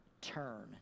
turn